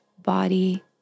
Body